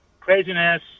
craziness